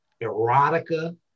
erotica